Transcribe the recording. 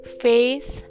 face